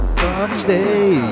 someday